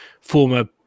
former